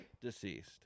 deceased